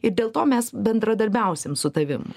ir dėl to mes bendradarbiausim su tavim